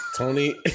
Tony